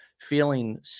feeling